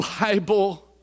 Bible